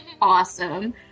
Awesome